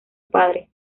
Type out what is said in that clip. padre